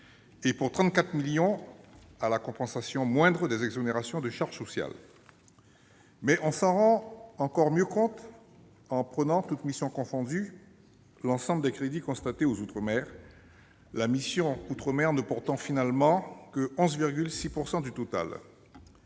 et, pour 34 millions d'euros, à la compensation moindre des exonérations de charges sociales. On s'en rend encore mieux compte en considérant, toutes missions confondues, l'ensemble des crédits consacrés aux outre-mer, la mission « Outre-mer » ne représentant finalement que 11,6 % du total.